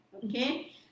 Okay